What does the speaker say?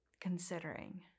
considering